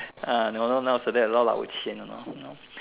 ah no wonder nowadays a lot of 老千 you know now